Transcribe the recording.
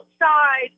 outside